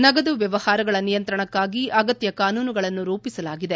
ನಗದು ವ್ಹವಹಾರಗಳ ನಿಯಂತ್ರಣಕ್ಕಾಗಿ ಅಗತ್ತ ಕಾನೂನುಗಳನ್ನು ರೂಪಿಸಲಾಗಿದೆ